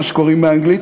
מה שקוראים באנגלית,